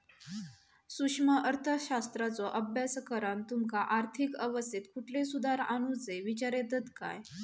सूक्ष्म अर्थशास्त्राचो अभ्यास करान तुमका आर्थिक अवस्थेत कुठले सुधार आणुचे विचार येतत काय?